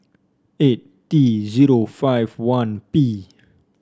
eight T zero five one P